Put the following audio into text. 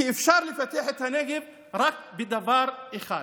אפשר לפתח את הנגב רק בדבר אחד.